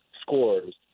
scores